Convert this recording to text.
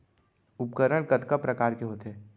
उपकरण कतका प्रकार के होथे?